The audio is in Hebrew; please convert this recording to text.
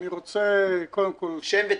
שם ותפקיד.